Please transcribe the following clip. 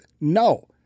no